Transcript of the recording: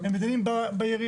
הם נידונים בעיריות.